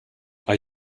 are